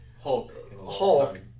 Hulk